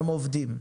הם עובדים.